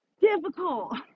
difficult